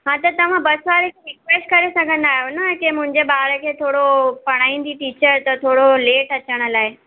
हा त तव्हां बस वारे खे रिक्वेस्ट करे सघंदा आहियो न की मुंहिंजे ॿार खे थोरो पढ़ाईंदी टीचर त थोरो लेट अचण लाइ